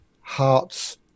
hearts